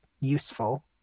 useful